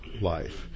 life